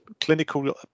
clinical